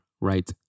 right